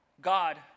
God